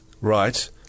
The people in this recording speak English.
right